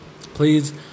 please